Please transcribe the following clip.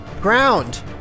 ground